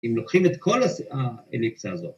‫אם לוקחים את כל האליקציה הזאת.